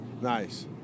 Nice